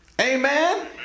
Amen